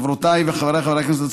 חברותיי וחבריי חברי הכנסת,